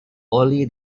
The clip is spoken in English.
only